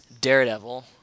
Daredevil